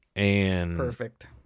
Perfect